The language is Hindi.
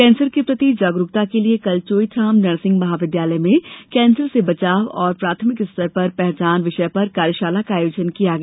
कैंसर के प्रति जागरुकता के लिए कल चोइथराम नर्सिंग महाविद्यालय में कैंसर से बचाव और प्राथमिक स्तर पर पहचान विषय पर कार्यषाला का आयोजन किया गया